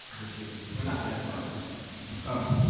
which was, we're not that far away, so all right.